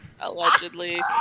Allegedly